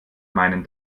meinen